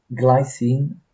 glycine